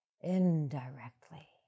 indirectly